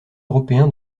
européen